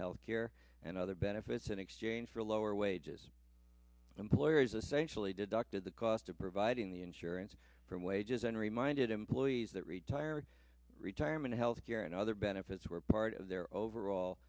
health care and other benefits in exchange for lower wages employers especially deducted the cost of providing the insurance from wages and reminded employees that retire retirement health care and other benefits were part of their overall